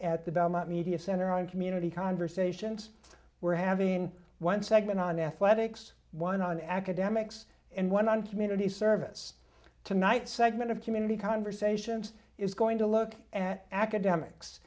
at the belmont media center on community conversations we're having one segment on athletics one on academics and one on community service tonight segment of community conversations is going to look at academics